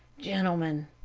gentlemen,